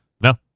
No